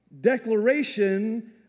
declaration